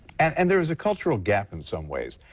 and there is a cultural gap in some ways.